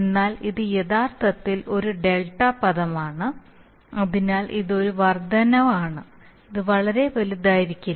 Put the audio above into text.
എന്നാൽ ഇത് യഥാർത്ഥത്തിൽ ഒരു ഡെൽറ്റ പദമാണ് അതിനാൽ ഇത് ഒരു വർദ്ധനവാണ് ഇത് വളരെ വലുതായിരിക്കില്ല